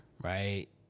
right